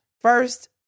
First